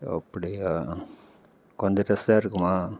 ஓ அப்படியா கொஞ்சம் ரஷ்ஷாக இருக்குமா